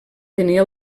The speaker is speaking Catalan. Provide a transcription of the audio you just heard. tenia